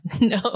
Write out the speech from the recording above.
no